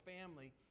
family